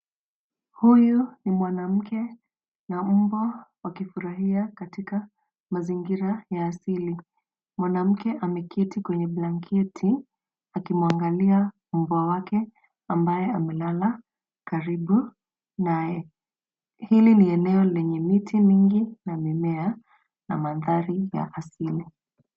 Huyu ni mwanamke na mbwa wakifurahia katika mazingira ya asili. Mwanamke ameketi kwenye blanketi akimwangalia mbwa wake ambaye amelala karibu naye. Hili ni eneo lenye miti mingi na mimea na mandhari ya asili.